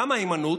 למה הימנעות?